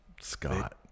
Scott